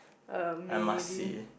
uh maybe